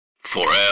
Forever